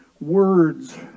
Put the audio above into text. words